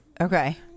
Okay